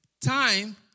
time